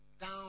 down